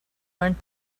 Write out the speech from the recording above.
learned